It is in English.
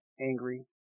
angry